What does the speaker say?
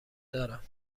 دارم